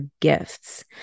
gifts